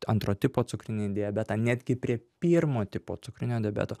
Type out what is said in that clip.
antro tipo cukrinį diabetą netgi prie pirmo tipo cukrinio diabeto